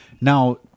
Now